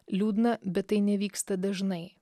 liūdna bet tai nevyksta dažnai